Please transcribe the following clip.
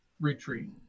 retreat